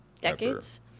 decades